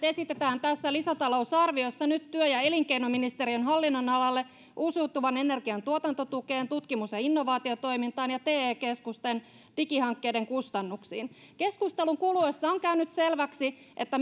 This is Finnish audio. esitetään tässä lisätalousarviossa nyt työ ja elinkeinoministeriön hallinnonalalle uusiutuvan energian tuotantotukeen tutkimus ja innovaatiotoimintaan ja te keskusten digihankkeiden kustannuksiin keskustelun kuluessa on käynyt selväksi että